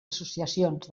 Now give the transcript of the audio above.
associacions